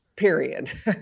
Period